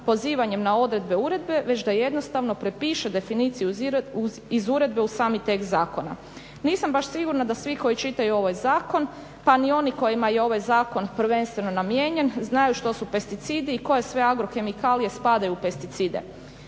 pozivanjem na odredbe uredbe već da jednostavno prepiše definiciju iz uredbe u sami tekst zakona. Nisam baš sigurna da svi koji čitaju ovaj zakon pa ni oni kojima je ovaj zakon prvenstveno namijenjen znaju što su pesticidi i koje sve agrokemikalije spadaju u pesticide